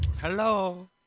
Hello